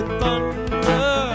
thunder